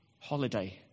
holiday